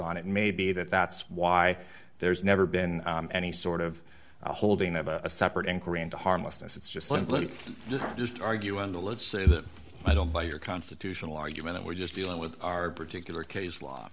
on it may be that that's why there's never been any sort of holding of a separate inquiry into harmlessness it's just simply just arguing the let's say that i don't buy your constitutional argument we're just dealing with our particular case law